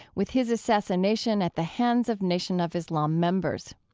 with his assassination at the hands of nation of islam members.